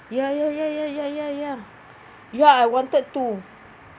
ya ya ya ya ya ya ya ya I wanted to